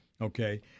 Okay